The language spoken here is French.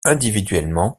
individuellement